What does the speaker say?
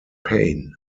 pain